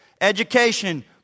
education